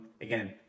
again